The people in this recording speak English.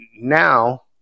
now